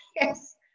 Yes